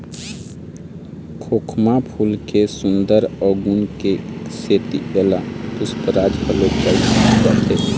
खोखमा फूल के सुंदरई अउ गुन के सेती एला पुस्पराज घलोक कहे जाथे